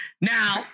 Now